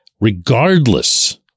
Regardless